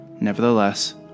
Nevertheless